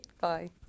Bye